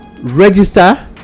register